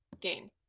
game